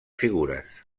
figures